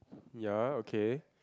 ya okay